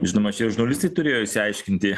žinoma čia ir žurnalistai turėjo išsiaiškinti